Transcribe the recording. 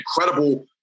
incredible